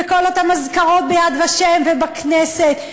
וכל אותן אזכרות ב"יד ושם" ובכנסת,